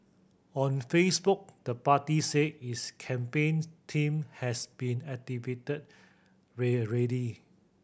on Facebook the party said its campaign team has been activated rare ready